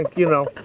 you know.